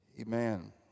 Amen